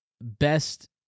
best